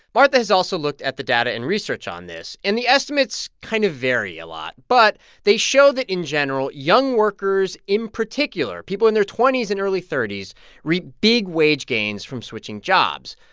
martha has also looked at the data and research on this. and the estimates kind of vary a lot. but they show that, in general, young workers in particular people in their twenty s and early thirty s reap big wage gains from switching jobs.